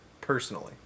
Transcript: personally